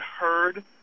heard